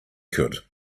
could